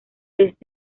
vez